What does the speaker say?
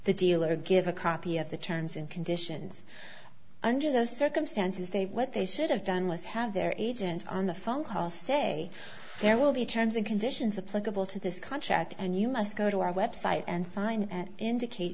the dealer give a copy of the terms and conditions under those circumstances they what they should have done was have their agent on the phone call say there will be terms and conditions of pluggable to this contract and you must go to our website and sign indicate